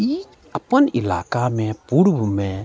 ई अपन इलाकामे पूर्वमे